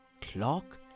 clock